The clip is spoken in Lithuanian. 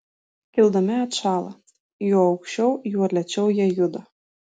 kildami atšąla juo aukščiau juo lėčiau jie juda